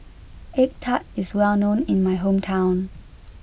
egg Tart is well known in my hometown